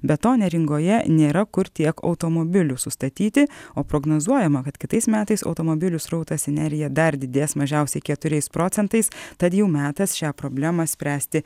be to neringoje nėra kur tiek automobilių sustatyti o prognozuojama kad kitais metais automobilių srautas į neriją dar didės mažiausiai keturiais procentais tad jau metas šią problemą spręsti